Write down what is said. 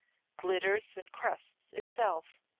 glitters and crests itself,